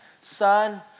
son